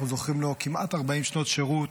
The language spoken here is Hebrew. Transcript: אנחנו זוכרים לו כמעט 40 שנות שירות.